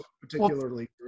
particularly